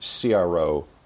CRO